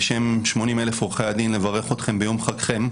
בשם 80,000 עורכי הדין לברך אתכם ביום חגכם,